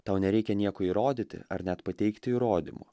tau nereikia nieko įrodyti ar net pateikti įrodymų